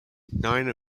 nine